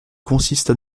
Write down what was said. consiste